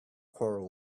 quarrel